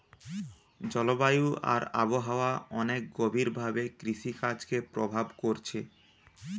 জলবায়ু আর আবহাওয়া অনেক গভীর ভাবে কৃষিকাজকে প্রভাব কোরছে